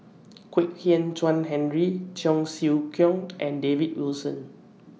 Kwek Hian Chuan Henry Cheong Siew Keong and David Wilson